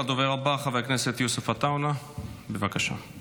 הדובר הבא, חבר הכנסת יוסף עטאונה, בבקשה.